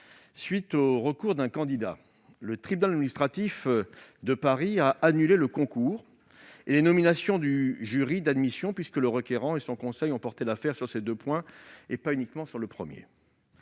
Suite au recours d'un candidat, le tribunal administratif de Paris a annulé le concours ainsi que les nominations du jury d'admission- le requérant et son conseil ayant porté l'affaire sur ces deux points et non pas uniquement sur le premier